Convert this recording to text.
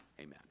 Amen